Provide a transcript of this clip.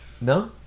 No